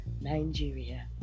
Nigeria